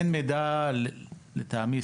אין מידע לטעמי,